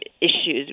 issues